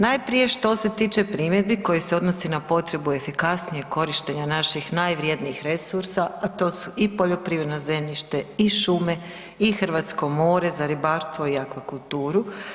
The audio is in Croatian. Najprije što se tiče primjedbi koje se odnose na potrebu efikasnijeg korištenja naših najvrjednijih resursa, a to su i poljoprivredna zemljišta, i šume, i hrvatsko more za ribarstvo i akvakulturu.